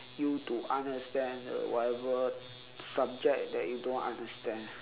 you to understand the whatever subject that you don't understand